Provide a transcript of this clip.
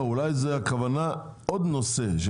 אולי הכוונה עוד נושא.